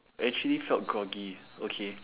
actually felt groggy okay